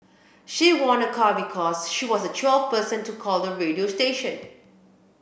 she won a car because she was twelfth person to call the radio station